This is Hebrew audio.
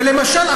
ולמשל,